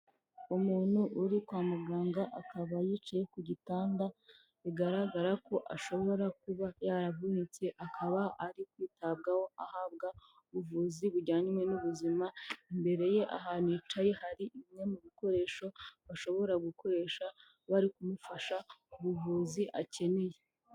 Umuntu uri kwa muganga akaba yicaye ku gitanda, bigaragara ko ashobora kuba yaravunitse akaba ari kwitabwaho ahabwa ubuvuzi bujyanye n'ubuzima, imbere ye ahantu yicaye hari bimwe mu bikoresho bashobora gukoresha bari kumufasha ku buvuzi akeneye.